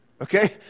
Okay